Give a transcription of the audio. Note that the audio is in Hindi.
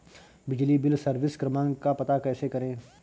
बिजली बिल सर्विस क्रमांक का पता कैसे करें?